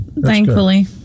thankfully